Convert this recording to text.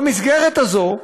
במסגרת הזו צריך,